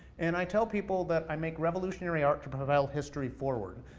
and i tell people that i make revolutionary art to prevail history forward.